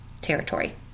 territory